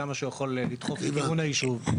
כמה שיכול לדחוף לכיוון הישוב,